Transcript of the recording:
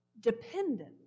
dependent